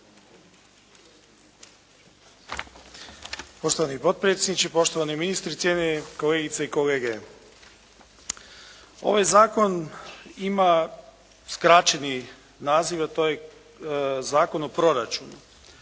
Poštovani potpredsjedniče, poštovani ministre, cijenjeni kolegice i kolege. Ovaj zakon ima skraćeni naziv, a to je Zakon o proračunu.